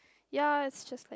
ya is just like